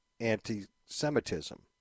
anti-Semitism